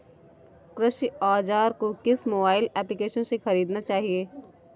कृषि औज़ार को किस मोबाइल एप्पलीकेशन से ख़रीदना चाहिए?